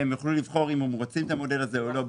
והם יוכלו לבחור האם הם רוצים את המודל הזה או לא,